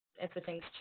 everything's